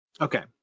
okay